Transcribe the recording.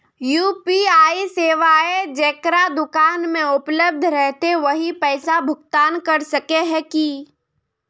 UPI सेवाएं जेकरा दुकान में उपलब्ध रहते वही पैसा भुगतान कर सके है की?